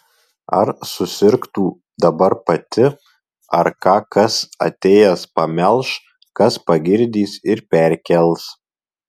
ar susirgtų dabar pati ar ką kas atėjęs pamelš kas pagirdys ir perkels